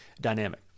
dynamic